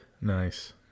nice